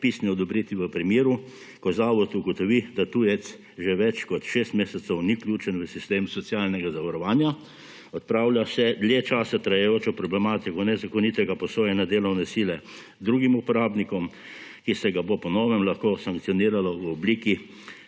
pisni odobritvi v primeru, ko zavod ugotovi, da tujec že več kot 6 mesecev ni vključen v sistem socialnega zavarovanja, odpravlja se dlje časa trajajoča problematika nezakonitega posojanja delovne sile drugim uporabnikom, ki se ga bo po novem lahko sankcioniralo v obliki